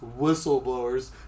whistleblowers